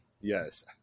Yes